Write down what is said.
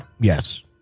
Yes